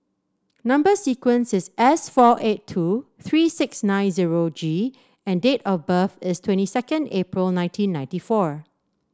number sequence is S four eight two three six nine zero G and date of birth is twenty second April nineteen ninety four